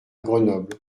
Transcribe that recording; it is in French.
grenoble